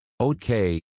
Okay